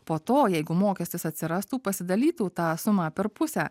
po to jeigu mokestis atsirastų pasidalytų tą sumą per pusę